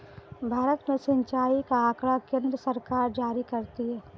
भारत में सिंचाई का आँकड़ा केन्द्र सरकार जारी करती है